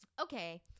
Okay